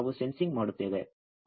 ಅಂದರೆ ನಾವು ಸೆನ್ಸಿಂಗ್ ಮಾಡುತ್ತೇವೆ